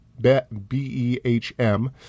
B-E-H-M